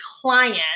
client